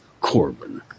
Corbin